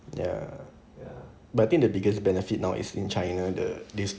ya but I think the biggest benefit now is in china the this